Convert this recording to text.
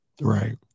right